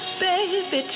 baby